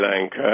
Lanka